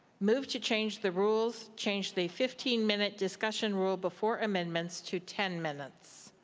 move to change the rules, change the fifteen minute discussion rule before amendments to ten minutes.